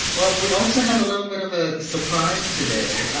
well, we also have a little bit of a surprise today